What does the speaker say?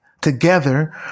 together